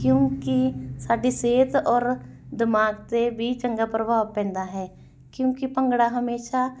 ਕਿਉਂਕਿ ਸਾਡੀ ਸਿਹਤ ਔਰ ਦਿਮਾਗ 'ਤੇ ਵੀ ਚੰਗਾ ਪ੍ਰਭਾਵ ਪੈਂਦਾ ਹੈ ਕਿਉਂਕਿ ਭੰਗੜਾ ਹਮੇਸ਼ਾਂ